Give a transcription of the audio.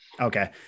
Okay